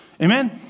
Amen